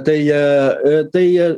tai tai